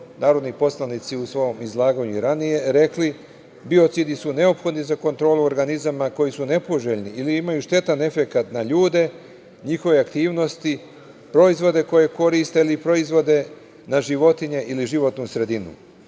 narodni poslanici u svom izlaganju ranije rekli biocidi su neophodni za kontrolu organizama koji su nepoželjni i imaju štetan efekat na ljude, njihove aktivnosti, proizvode koje koriste, ali i proizvode na životinje ili životnu sredinu.